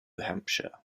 hampshire